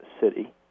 city